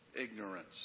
ignorance